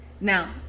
Now